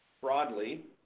Broadly